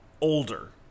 older